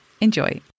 Enjoy